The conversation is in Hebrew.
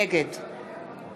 נגד